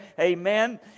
Amen